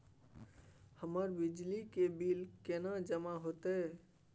हमर बिजली के बिल केना जमा होते?